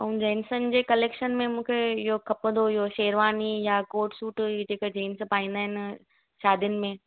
ऐं जेन्सन जे कलेक्शन में मूंखे इहो खपंदो हुओ शेरवानी या कोट सूट ई जेके जींस पाईंदा आहिनि शादियुनि में